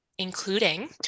including